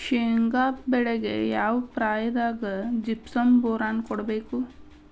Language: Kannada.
ಶೇಂಗಾ ಬೆಳೆಗೆ ಯಾವ ಪ್ರಾಯದಾಗ ಜಿಪ್ಸಂ ಬೋರಾನ್ ಕೊಡಬೇಕು?